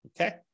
Okay